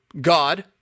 God